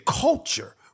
culture